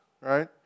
right